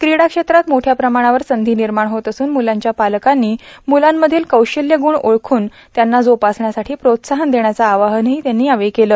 कीडा क्षेत्रात मोठया प्रमाणावर संधी निर्माण होत असून मुलांच्या पालकांनी मुलांमधील कौशल्य गुण ओळखून त्यांना जोपासण्यासाठी प्रोत्साहन देण्याचं आवाहनही त्यांनी यावेळी केलं